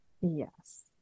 Yes